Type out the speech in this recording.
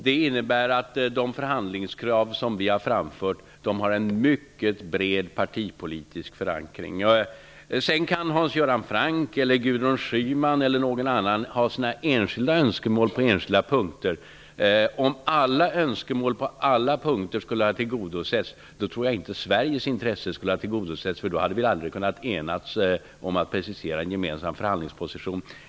Det innebär att de förhandlingskrav vi har framfört har en mycket bred partipolitisk förankring. Naturligtvis kan Hans Göran Franck, Gudrun Schyman eller någon annan ha enskilda önskemål på enskilda punkter. Om allas önskemål på alla punkter skulle tillgodoses skulle inte Sveriges intresse kunna tillgodoses. Vi hade aldrig kunnat enas om att precisera en gemensam förhandlingsposition.